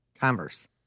Converse